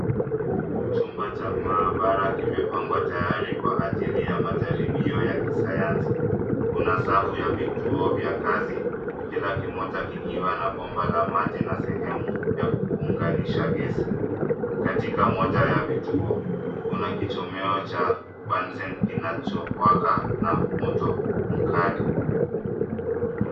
Chumba cha maabara kimepangwa tayari kwa ajili ya majaribio ya kisayansi. Kuna safu ya vituo vya kazi kila kimoja kikiwa na bomba la maji na sehemu ya kuunganisha gesi. Katika moja ya vituo kuna kichomeo cha bunsen kinachowaka na moto mkali.